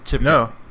No